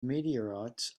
meteorites